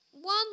one